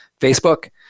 Facebook